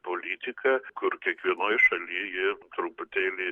politika kur kiekvienoj šaly ir truputėlį